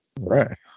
right